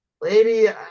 lady